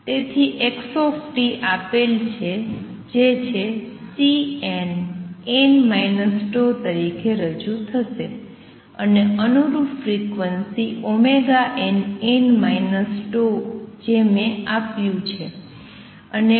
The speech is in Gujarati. તેથી xt આપેલ છે જે Cnn τ તરીકે રજૂ થશે અને અનુરૂપ ફ્રિક્વન્સી nn τ જે મેં આપ્યું છે